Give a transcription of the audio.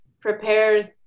prepares